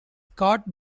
scott